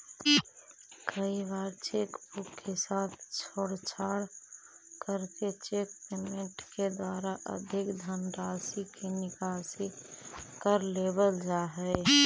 कई बार cheque book के साथ छेड़छाड़ करके चेक पेमेंट के द्वारा अधिक धनराशि के निकासी कर लेवल जा हइ